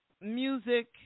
music